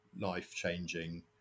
life-changing